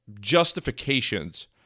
justifications